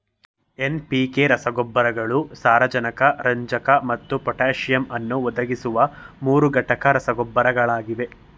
NPK ರಸಗೊಬ್ಬರಗಳು ಸಾರಜನಕ ರಂಜಕ ಮತ್ತು ಪೊಟ್ಯಾಸಿಯಮ್ ಅನ್ನು ಒದಗಿಸುವ ಮೂರುಘಟಕ ರಸಗೊಬ್ಬರಗಳಾಗಿವೆ